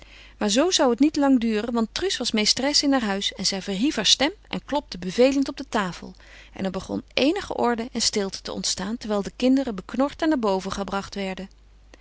maar zoo zou het niet lang duren want truus was meesteres in haar huis en zij verhief haar stem en klopte bevelend op de tafel en er begon eenige orde en stilte te ontstaan terwijl de kinderen beknord en naar boven gebracht werden